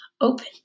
Open